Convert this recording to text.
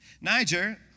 Niger